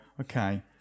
okay